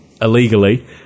illegally